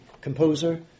composer